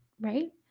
right